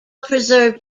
preserved